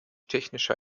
technischer